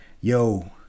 yo